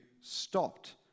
stopped